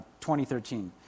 2013